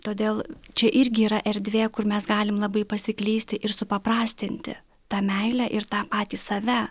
todėl čia irgi yra erdvė kur mes galim labai pasiklysti ir supaprastinti tą meilę ir tą patį save